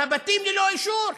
והבתים ללא אישור.